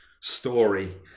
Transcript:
story